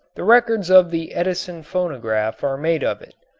the records of the edison phonograph are made of it.